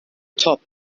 top